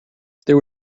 there